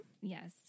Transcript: Yes